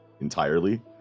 entirely